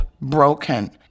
broken